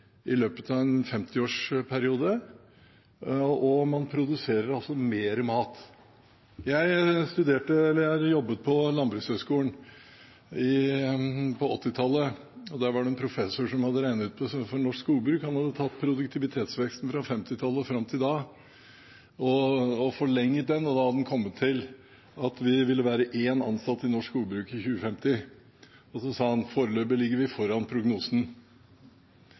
i løpet av en 50-årsperiode, og man produserer altså mer mat. Jeg jobbet på Landbrukshøgskolen på 1980-tallet, og der var det en professor som hadde regnet på dette for norsk skogbruk. Han hadde tatt produktivitetsveksten fra 1950-tallet og fram til da og forlenget den, og da hadde han kommet til at vi ville være én ansatt i norsk skogbruk i 2050, og så sa han: Foreløpig ligger vi foran prognosen.